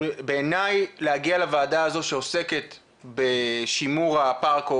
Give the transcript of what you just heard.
בעיני להגיע לוועדה הזאת שעוסקת בשימור הפארק או